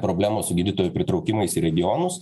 problemos su gydytojų pritraukimais į regionus